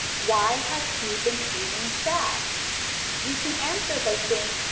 why has he been feeling sad you can answer by saying,